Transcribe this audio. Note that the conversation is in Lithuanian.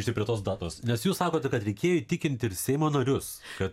grįžti prie tos datos nes jūs sakote kad reikėjo įtikinti ir seimo narius kad